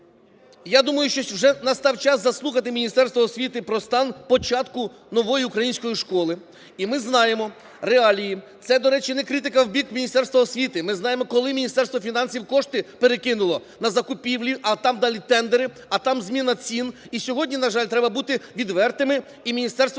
я думаю, що вже настав час заслухати Міністерство освіти про стан початку "Нової української школи". І ми знаємо реалії, це, до речі, не критика в бік Міністерства освіти, ми знаємо, коли Міністерство фінансів кошти перекинуло на закупівлі, а там далі тендери, а там зміна цін. І сьогодні, на жаль, треба бути відвертими і Міністерство